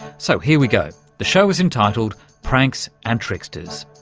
so here we go the show is entitled pranks and tricksters.